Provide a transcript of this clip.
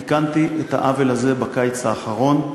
תיקנתי את העוול הזה בקיץ האחרון.